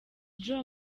joe